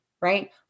right